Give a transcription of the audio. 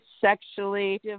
sexually